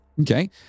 Okay